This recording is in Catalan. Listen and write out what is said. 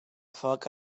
foc